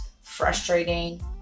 frustrating